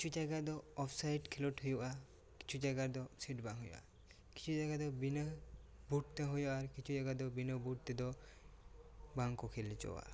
ᱠᱤᱪᱷᱩ ᱡᱟᱭᱜᱟ ᱫᱚ ᱚᱯᱷᱥᱟᱭᱰ ᱠᱷᱮᱞᱳᱰ ᱦᱩᱭᱩᱜᱼᱟ ᱠᱤᱪᱷᱩ ᱡᱟᱭᱜᱟ ᱫᱚ ᱥᱤᱰ ᱵᱟᱝ ᱦᱩᱭᱩᱜᱼᱟ ᱠᱤᱪᱷᱩ ᱡᱟᱭᱜᱟ ᱫᱚ ᱵᱤᱱᱟᱹ ᱵᱩᱴ ᱛᱮ ᱦᱩᱭᱩᱜᱼᱟ ᱠᱤᱪᱷᱩ ᱡᱟᱭᱜᱟ ᱫᱚ ᱵᱤᱱᱟᱹ ᱵᱩᱴ ᱛᱮ ᱵᱟᱝ ᱠᱚ ᱠᱷᱮᱞ ᱚᱪᱚᱣᱟᱜᱼᱟ